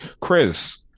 Chris